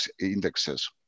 indexes